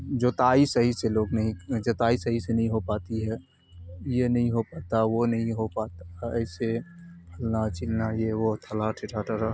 جوتائی صحیح سے لوگ نہیں جوتائی صحیح سے نہیں ہو پاتی ہے یہ نہیں ہو پاتا وہ نہیں ہو پاتا ایسے فلانا چلنا یہ وہ تھلا